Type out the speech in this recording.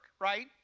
right